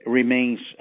remains